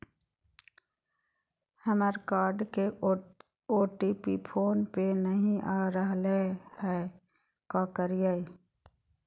हमर कार्ड के OTP phone पे नई आ रहलई हई, का करयई?